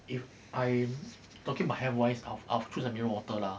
if I am talking about health wise I've I'll choose the mineral water lah